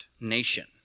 nation